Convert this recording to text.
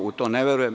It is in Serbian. U to ne verujem.